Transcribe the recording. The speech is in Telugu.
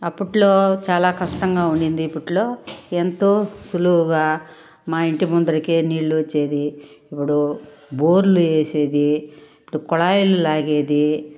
అప్పుట్లో చాలా కష్టంగా ఉండింది ఇప్పుట్లో ఏంతో సులువుగా మా ఇంటి ముందర నీళ్ళు వచ్చేది ఇప్పుడు బోర్లు వేసేది కుళాయిలు లాగేది